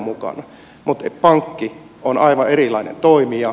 mutta pankki on aivan erilainen toimija